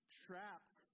trapped